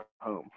home